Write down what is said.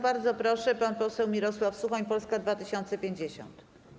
Bardzo proszę, pan poseł Mirosław Suchoń, Polska 2050.